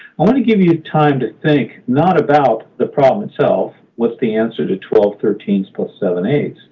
i want to give you time to think not about the problem itself what's the answer to twelve thirteen but seven eight?